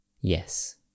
Yes